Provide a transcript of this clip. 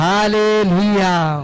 Hallelujah